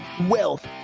wealth